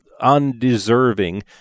undeserving